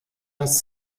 das